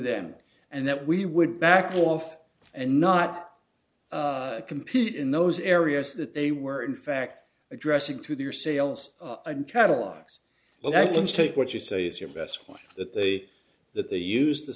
them and that we would back off and not compete in those areas that they were in fact addressing through their sales and catalogues well let's take what you say is your best one that they that they use the